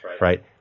Right